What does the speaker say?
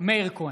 מאיר כהן,